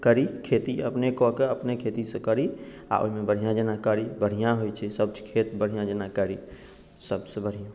करी खेती अपने कऽ के अपने खेतीसँ करी आ ओहिमे बढ़िआँ जेना करी बढ़िआँ होइत छै सभ खेत बढ़िआँ जेना करी सभसँ बढ़िआँ